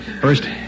First